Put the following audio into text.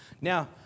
Now